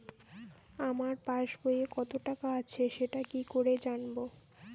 আমার পাসবইয়ে কত টাকা আছে সেটা কি করে জানবো?